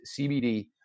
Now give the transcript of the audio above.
CBD